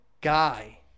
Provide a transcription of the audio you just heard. guy